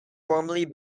formerly